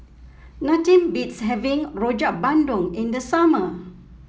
nothing beats having Rojak Bandung in the summer